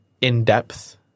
in-depth